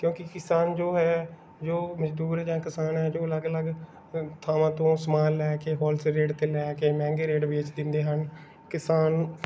ਕਿਉਂਕਿ ਕਿਸਾਨ ਜੋ ਹੈ ਜੋ ਮਜ਼ਦੂਰ ਜਾਂ ਕਿਸਾਨ ਹੈ ਜੋ ਅਲੱਗ ਅਲੱਗ ਥਾਵਾਂ ਤੋਂ ਸਮਾਨ ਲੈ ਕੇ ਹੋਲਸੇਲ ਰੇਟ 'ਤੇ ਲੈ ਕੇ ਮਹਿੰਗੇ ਰੇਟ ਵੇਚ ਦਿੰਦੇ ਹਨ ਕਿਸਾਨ